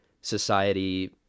society